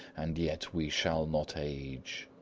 and yet we shall not age.